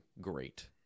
great